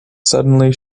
suddenly